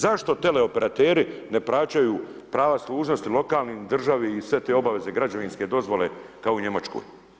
Zašto teleoperateri ne plaćaju prava služnosti lokalnoj državi i sve te obaveze građevinske dozvole kao u Njemačkoj.